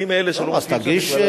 אני מאלה שלא מופיעים שם בכלל.